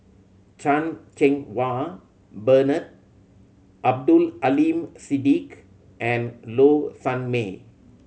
Chan Cheng Wah Bernard Abdul Aleem Siddique and Low Sanmay